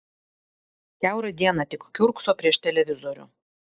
kiaurą dieną tik kiurkso prieš televizorių